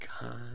god